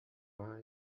war